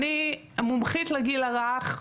אני מומחית לגיל הרך,